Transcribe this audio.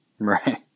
Right